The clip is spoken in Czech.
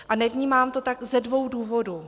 A nevnímám to tak ze dvou důvodů.